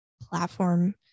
platform